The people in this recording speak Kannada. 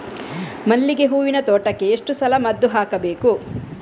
ಮಲ್ಲಿಗೆ ಹೂವಿನ ತೋಟಕ್ಕೆ ಎಷ್ಟು ಸಲ ಮದ್ದು ಹಾಕಬೇಕು?